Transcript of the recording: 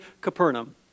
Capernaum